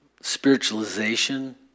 spiritualization